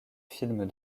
films